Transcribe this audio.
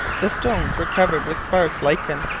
the stones were covered with sparse lichen.